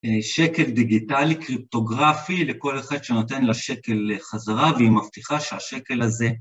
שקל דיגיטלי קריפטוגרפי לכל אחד שנותן לה שקל חזרה והיא מבטיחה שהשקל הזה